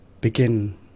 begin